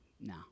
no